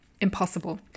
impossible